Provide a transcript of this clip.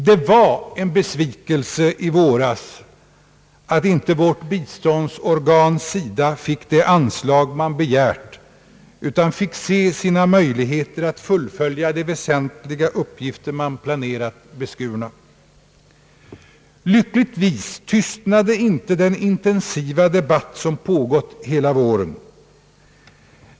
Det var en besvikelse i våras att inte vårt biståndsorgan SIDA fick det anslag man begärt utan måste se sina möjligheter att fullfölja de väsentliga uppgifter man planerat beskurna. Lyckligtvis tystnade inte den intensiva debatt som pågått hela våren.